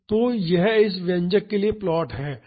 तो यह इस व्यंजक के लिए प्लॉट है